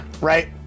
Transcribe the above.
right